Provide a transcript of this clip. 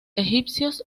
egipcios